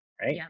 Right